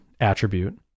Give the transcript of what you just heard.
attribute